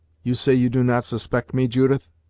you say you do not suspect me, judith?